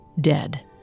dead